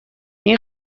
این